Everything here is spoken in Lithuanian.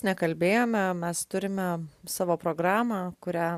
nekalbėjome mes turime savo programą kurią